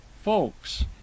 folks